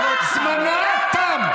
זמנה תם.